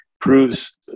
proves